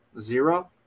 Zero